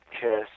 Kiss